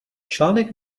článek